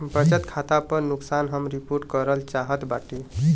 बचत खाता पर नुकसान हम रिपोर्ट करल चाहत बाटी